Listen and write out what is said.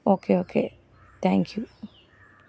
okay okay thank you